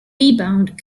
rebound